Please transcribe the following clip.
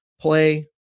play